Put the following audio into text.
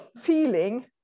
feeling